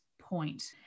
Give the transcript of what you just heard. point